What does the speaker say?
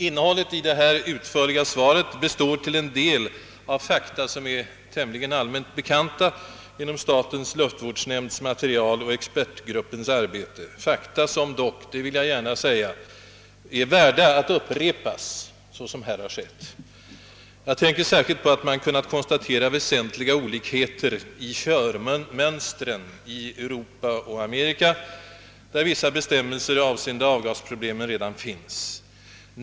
Innehållet i det utförliga svar som nu lämnats består till en del av fakta, som är tämligen allmänt bekanta genom statens luftvårdsnämnds material och ex pertgruppens arbete, fakta som dock — det vill jag gärna säga — är värda att upprepas, såsom här gjorts. Jag tänker särskilt på att man kunnat konstatera väsentliga olikheter i körmönstren i Europa och Amerika, där vissa bestämmelser rörande avgasproblemen redan finns.